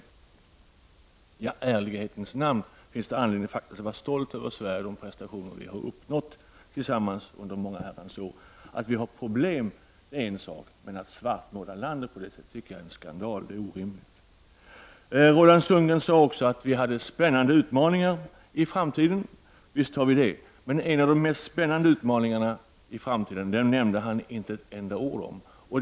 I ärlighetens namn finns det all anledning att vara stolt över Sverige och de prestationer som vi har uppnått tillsammans under många år. Att vi har problem är en sak, men att svartmåla landet på det sättet tycker jag är en skandal. Det är orimligt. Roland Sundgren sade också att vi står inför spännande utmaningar i framtiden. Visst gör vi det, men han nämnde inte ett enda ord om en av de mest spännande utmaningarna i framtiden.